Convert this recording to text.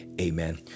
amen